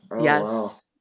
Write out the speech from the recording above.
Yes